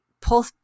pull